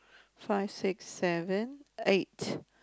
five six seven eight